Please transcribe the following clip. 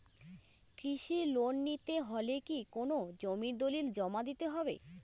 কৃষি লোন নিতে হলে কি কোনো জমির দলিল জমা দিতে হবে?